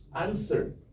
Answer